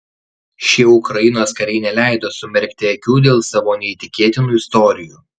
šie ukrainos kariai neleido sumerkti akių dėl savo neįtikėtinų istorijų